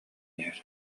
иһэр